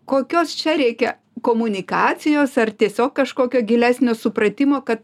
kokios čia reikia komunikacijos ar tiesiog kažkokio gilesnio supratimo kad